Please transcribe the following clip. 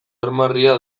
armarria